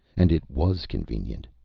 and it was convenient.